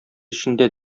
эчендә